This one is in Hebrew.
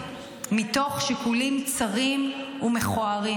מתוך שיקולים צרים ומכוערים.